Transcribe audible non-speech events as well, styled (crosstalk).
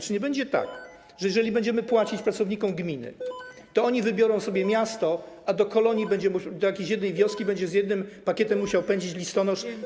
Czy nie będzie tak, (noise) że jeżeli będziemy płacić pracownikom gminy, to oni wybiorą sobie miasto, a do kolonii, do jakiejś jednej wioski będzie z jednym pakietem musiał pędzić listonosz?